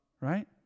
Right